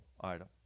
item